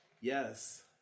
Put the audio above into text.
Yes